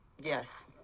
yes